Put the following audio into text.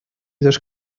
dos